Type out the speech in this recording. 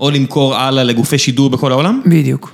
או למכור הלאה לגופי שידור בכל העולם? בדיוק.